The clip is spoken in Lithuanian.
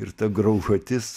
ir ta graužatis